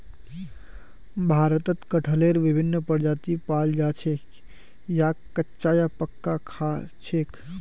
भारतत कटहलेर विभिन्न प्रजाति पाल जा छेक याक कच्चा या पकइ खा छेक